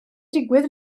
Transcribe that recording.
digwydd